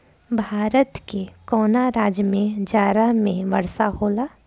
भारत के कवना राज्य में जाड़ा में वर्षा होला?